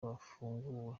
bafunguwe